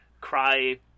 cry